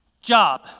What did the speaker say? Job